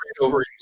over